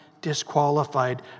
disqualified